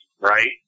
right